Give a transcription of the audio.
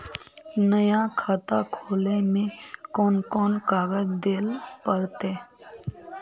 नया खाता खोले में कौन कौन कागज देल पड़ते?